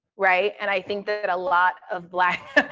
right? and i think that a lot of black,